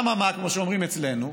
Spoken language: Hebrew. אממה, כמו שאומרים אצלנו,